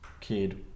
kid